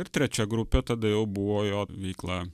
ir trečia grupė tada jau buvo jo veikla